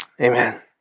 Amen